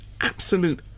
absolute